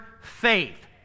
faith